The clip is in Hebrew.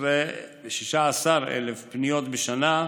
ב-16,000 פניות בשנה,